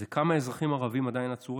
זה כמה אזרחים ערבים עדיין עצורים.